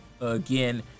again